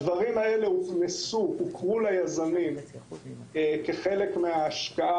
הדברים האלה הוכרו ליזמים כחלק מההשקעה